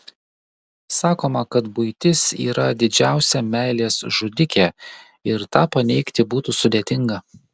sakoma kad buitis yra didžiausia meilės žudikė ir tą paneigti būtų sudėtinga